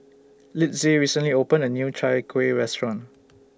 Litzy recently opened A New Chai Kueh Restaurant